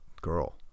girl